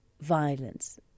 violence